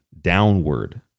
downward